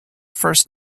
first